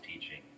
teaching